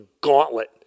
gauntlet